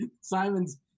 Simon's